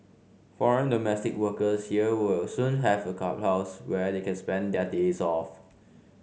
foreign domestic workers here will soon have a clubhouse where they can spend their days off